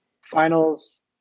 finals